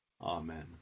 Amen